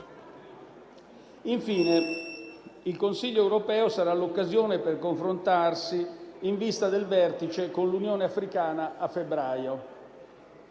Infine, il Consiglio europeo sarà l'occasione per confrontarsi in vista del vertice con l'Unione africana a febbraio.